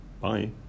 Bye